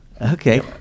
Okay